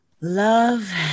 Love